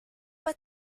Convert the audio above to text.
pas